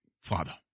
father